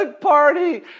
party